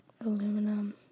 Aluminum